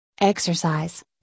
exercise